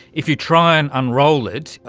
if you try and unroll it,